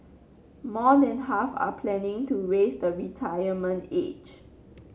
more than half are planning to raise the retirement age